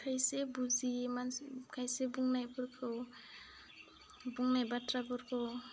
खायसे बुजियि मानसि खायसे बुंनायफोरखौ बुंनाय बाथ्राफोरखौ